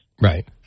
Right